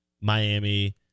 Miami